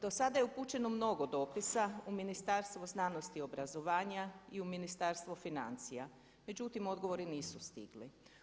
Do sada je upućeno mnogo dopisa u Ministarstvo znanosti i obrazovanja i u Ministarstvo financija, međutim odgovori nisu stigli.